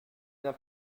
bien